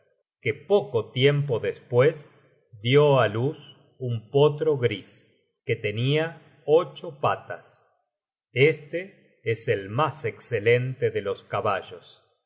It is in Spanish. que poco tiempo despues dió á luz un potro gris que tenia ocho patas este es el mas escelente de los caballos